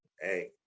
Hey